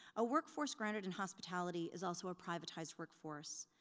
a workforce grounded in hospitality is also a privatized workforce.